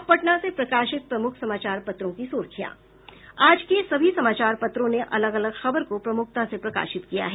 अब पटना से प्रकाशित प्रमुख समाचार पत्रों की सुर्खियां आज के सभी समाचार पत्रों ने अलग अलग खबर को प्रमूखता से प्रकाशित किया है